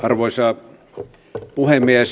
arvoisa puhemies